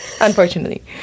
Unfortunately